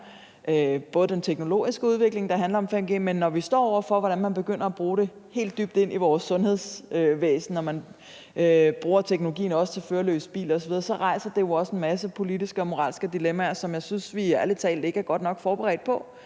er den teknologiske udvikling, der handler om 5G, men når vi står over for at skulle bruge det helt dybt inde i vores sundhedsvæsen, og når man bruger teknologien i forbindelse med førerløse biler, rejser det jo også en masse politiske og moralske dilemmaer, som jeg ærlig talt ikke synes vi er godt nok forberedt på.